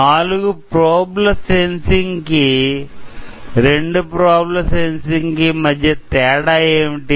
నాలుగు probe sensing కి రెండు ప్రోబ్ల సెన్సింగ్ కి మధ్య తేడా ఏమిటి